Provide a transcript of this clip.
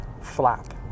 flap